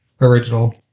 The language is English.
original